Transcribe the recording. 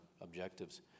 objectives